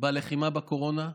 בלחימה בקורונה,